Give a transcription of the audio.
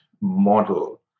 model